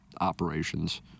operations